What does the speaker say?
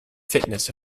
fitness